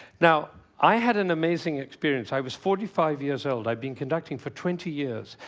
now, i had an amazing experience. i was forty five years old, i'd been conducting for twenty years,